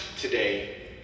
today